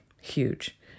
huge